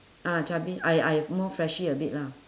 ah chubby I I more fleshy a bit lah